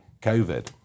COVID